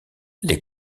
les